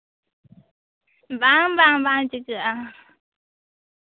ᱵᱟᱝ ᱵᱟᱝ ᱵᱟᱝ ᱪᱤᱠᱟᱹᱜᱼᱟ